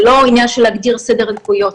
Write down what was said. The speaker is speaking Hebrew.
זה לא עניין של להדיר סדר עדיפויות.